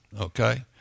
Okay